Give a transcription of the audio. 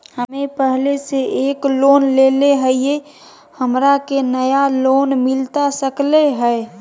हमे पहले से एक लोन लेले हियई, हमरा के नया लोन मिलता सकले हई?